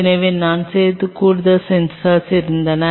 எனவே நாங்கள் சேர்த்த கூடுதல் சென்சார்கள் இருந்தன